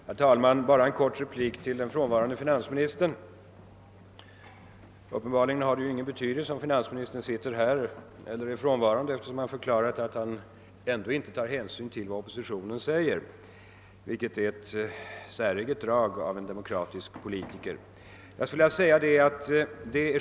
Herr talman! Bara en kort replik till den frånvarande finansministern. Det har uppenbarligen ingen betydelse om finansministern är närvarande eller inte, eftersom han har förklarat att han inte tar någon hänsyn till vad oppositionen säger — vilket är ett säreget drag hos en demokratisk politiker.